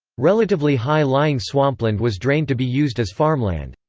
relatively high-lying swampland was drained to be used as farmland.